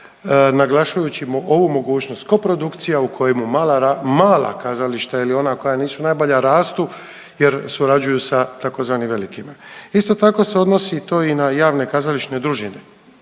naglašujući ovu mogućnost koprodukcija u kojima mala, mala kazališta ili ona koja nisu najbolja rastu jer surađuju sa tzv. velikima. Isto tako se odnosi to i na javne kazališne družine,